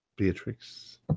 Beatrix